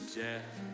death